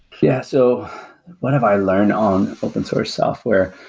yeah. so what have i learned on open source software?